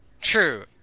True